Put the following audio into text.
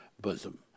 bosom